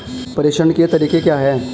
प्रेषण के तरीके क्या हैं?